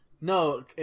No